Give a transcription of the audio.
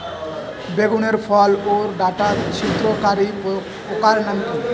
বেগুনের ফল ওর ডাটা ছিদ্রকারী পোকার নাম কি?